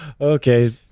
okay